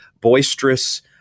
boisterous